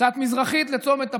קצת מזרחית לצומת תפוח.